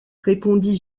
répondit